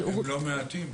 הם לא מעטים.